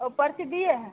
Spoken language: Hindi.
और परची दिए हैं